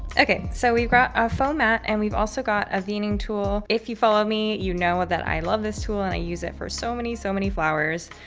okay. so we've got a foam mat and we've also got a veining tool. if you follow me, you know, that i love this tool and i use it for so many, so many flowers,